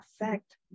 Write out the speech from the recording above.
affect